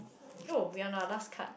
no we are no a last card